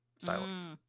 Silence